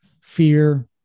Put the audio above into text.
fear